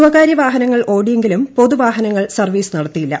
സ്വകാര്യ വാഹനങ്ങൾ ഓടിയെങ്കിലും പൊതു വാഹനങ്ങൾ സർവ്വീസ് നടത്തിയില്ല